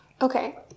Okay